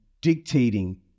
dictating